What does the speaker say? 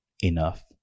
enough